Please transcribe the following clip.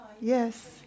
Yes